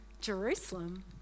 Jerusalem